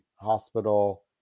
hospital